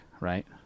right